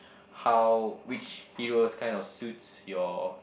how which heroes kind of suits your